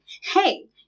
hey